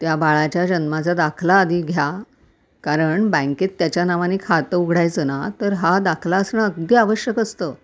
त्या बाळाच्या जन्माचा दाखला आधी घ्या कारण बँकेत त्याच्या नावाने खातं उघडायचं ना तर हा दाखला असणं अगदी आवश्यक असतं